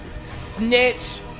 Snitch